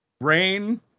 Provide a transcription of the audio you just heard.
Rain